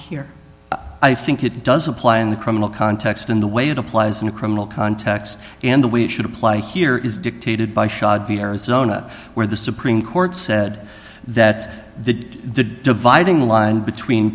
here i think it does apply in the criminal context in the way it applies in a criminal context and the way it should apply here is dictated by shoddy arizona where the supreme court said that the the dividing line between